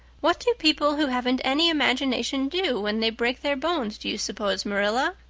what do people who haven't any imagination do when they break their bones, do you suppose, marilla?